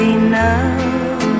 enough